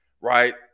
right